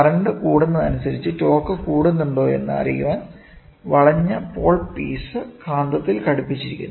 current കൂടുന്നതിനനുസരിച്ച് torque കൂടുന്നുണ്ടോ എന്ന് അറിയാൻ വളഞ്ഞ പോൾ പീസ് കാന്തത്തിൽ ഘടിപ്പിച്ചിരിക്കുന്നു